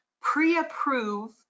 pre-approve